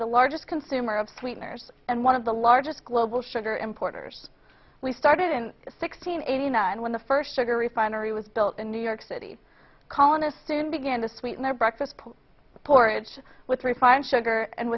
the largest consumer of sweeteners and one of the largest global sugar importers we started in sixteen eighty nine when the first sugar refinery was built in new york city colonist soon began to sweeten their breakfast porridge with refined sugar and